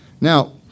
Now